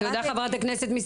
תודה רבה, חברת הכנסת.